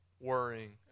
worrying